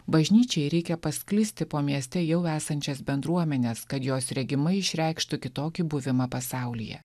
bažnyčiai reikia pasklisti po mieste jau esančias bendruomenes kad jos regimai išreikštų kitokį buvimą pasaulyje